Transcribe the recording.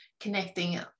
connecting